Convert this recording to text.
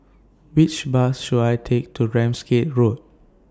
Which Bus should I Take to Ramsgate Road